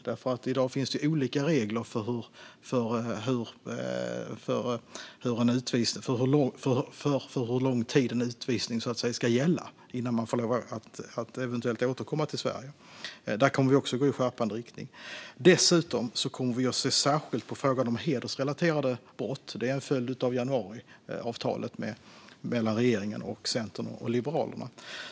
I dag finns det olika regler för hur lång tid en utvisning ska gälla innan man får lov att eventuellt återkomma till Sverige. Där kommer vi alltså att gå i skärpande riktning. Vi kommer dessutom att se särskilt på frågan om hedersrelaterade brott. Detta är en följd av januariavtalet mellan regeringen, Centern och Liberalerna.